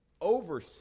over